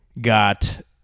got